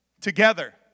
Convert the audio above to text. together